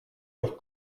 leur